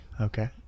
Okay